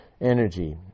energy